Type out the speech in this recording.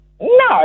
No